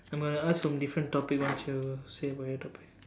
I'm gonna ask from different topic once you say about your topic